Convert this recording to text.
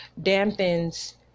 dampens